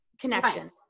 connection